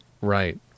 Right